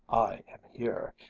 i am here.